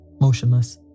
motionless